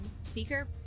Seeker